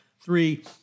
Three